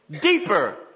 deeper